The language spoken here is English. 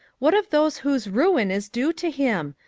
what of those whose ruin is due to him?